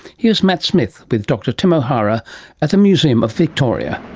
here's matt smith with dr tim o'hara at the museum of victoria.